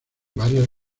varias